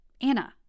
Anna